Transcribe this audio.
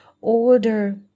order